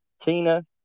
Tina